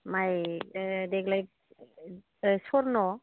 माइखौ देग्लाय स्वर्न'